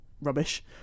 rubbish